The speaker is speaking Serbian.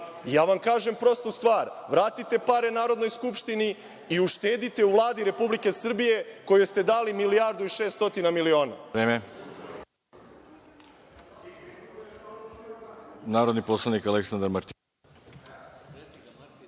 kažem vam prostu stvar, vratite pare Narodnoj skupštini i uštedite u Vladi Republike Srbije kojoj ste dali milijardu i 600 miliona.